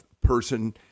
person